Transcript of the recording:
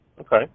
Okay